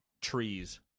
Trees